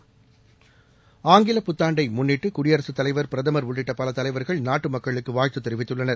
முன்னிட்டு ஆங்கில புத்தாண்டை குடியரசுத்தலைவர் பிரதமர் உள்ளிட்ட பல தலைவர்கள் நாட்டு மக்களுக்கு வாழ்த்து தெரிவித்துள்ளனர்